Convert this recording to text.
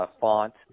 font